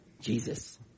Jesus